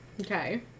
Okay